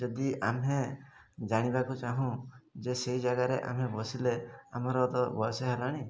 ଯଦି ଆମେ ଜାଣିବାକୁ ଚାହୁଁ ଯେ ସେଇ ଜାଗାରେ ଆମେ ବସିଲେ ଆମର ତ ବୟସ ହେଲାଣି